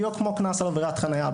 בדיוק כמו קנס על עבירת חניה,